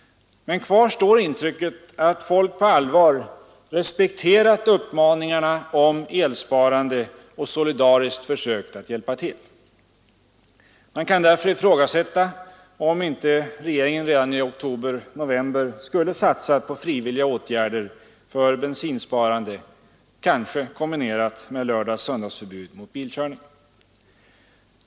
Men kvar står intrycket att folk på allvar respekterat uppmaningarna om elsparande och solidariskt försökt hjälpa till. Man kan därför ifrågasätta om inte regeringen redan i oktober-november skulle ha satsat på frivilliga åtgärder för bensinsparande, kanske kombinerade med lördags-söndagsförbud mot bilkörning.